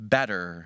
Better